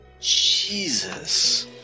Jesus